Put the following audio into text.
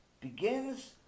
begins